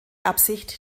absicht